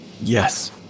Yes